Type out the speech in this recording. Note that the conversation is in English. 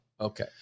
Okay